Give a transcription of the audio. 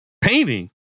Painting